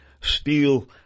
steel